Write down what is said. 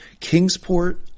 Kingsport